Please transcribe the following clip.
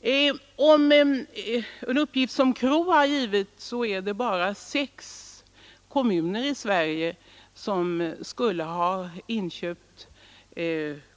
Enligt en uppgift från KRO är det bara sex kommuner i Sverige som skulle ha inköpt